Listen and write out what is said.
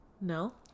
No